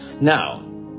now